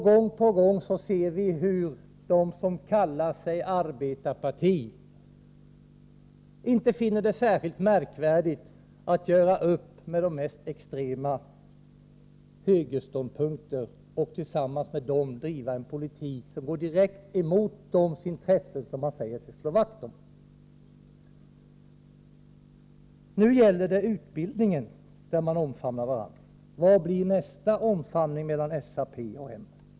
Gång på gång ser vi hur de som kallar sitt parti arbetarparti inte finner det särskilt märkvärdigt att göra upp med företrädare för de mest extrema högerståndpunkter och tillsammans med dem driva en politik som går direkt emot deras intressen som de säger sig slå vakt om. Nu är det i fråga om utbildningen som man omfamnar varandra. Vad blir nästa omfamning mellan SAP och M?